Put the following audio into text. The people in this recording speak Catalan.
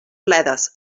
bledes